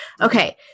Okay